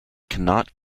cannot